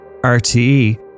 RTE